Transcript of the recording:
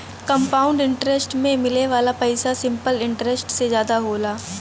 compound interest में मिले वाला पइसा सिंपल इंटरेस्ट से जादा होला